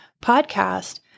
podcast